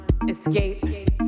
escape